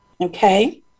okay